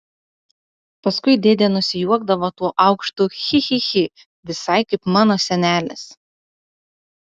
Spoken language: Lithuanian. paskui dėdė nusijuokdavo tuo aukštu chi chi chi visai kaip mano senelis